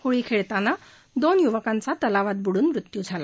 होळी खेळताना दोन युवकांचा तलावात बुडून मृत्यू झाला